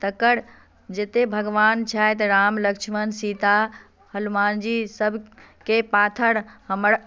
तकर जते भगवान छथि राम लक्ष्मण सीता हनुमान जी सबके पाथर हमर